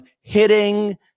hitting